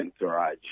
entourage